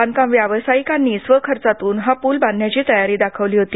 बांधकाम व्यावसायिकांनी स्वखर्चातून हा पूल बांधण्याची तयारी दाखवली होते